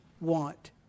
want